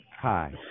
Hi